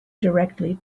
directly